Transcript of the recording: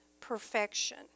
perfection